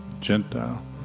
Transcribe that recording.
Gentile